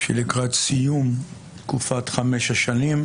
שלקראת סיום תקופת חמש השנים,